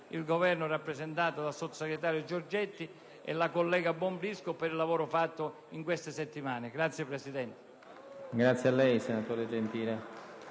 il Governo, rappresentato dal sottosegretario Giorgetti e la collega Bonfrisco per il lavoro svolto in queste settimane. *(Applausi